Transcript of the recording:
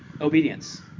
Obedience